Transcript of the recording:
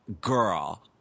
girl-